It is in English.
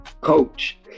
coach